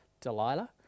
delilah